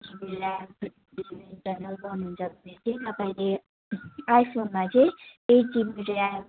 तपाईँले आइफोनमा चाहिँ एइट जिबी ऱ्याम